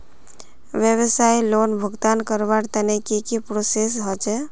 व्यवसाय लोन भुगतान करवार तने की की प्रोसेस होचे?